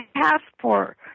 passport